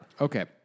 Okay